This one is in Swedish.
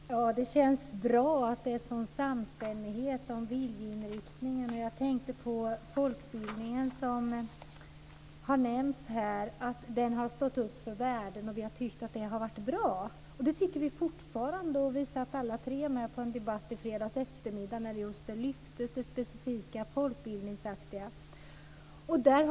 Fru talman! Det känns bra att det är en sådan samstämmighet om viljeinriktningen. Jag tänkte på folkbildningen som har nämnts här. Den har stått upp för värden och vi har tyckt att det har varit bra. Och det tycker vi fortfarande. Vi var alla tre med på en debatt i fredags eftermiddag där det specifikt folkbildningsaktiga lyftes fram.